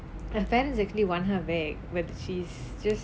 her parents actually want her back but she's just